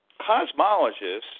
cosmologists